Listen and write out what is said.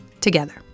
together